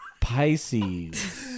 pisces